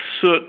soot